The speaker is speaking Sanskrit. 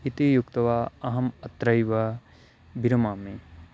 इति उक्त्वा अहम् अत्रैव विरमामि